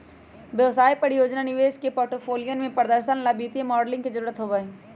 व्यवसाय, परियोजना, निवेश के पोर्टफोलियन के प्रदर्शन ला वित्तीय मॉडलिंग के जरुरत होबा हई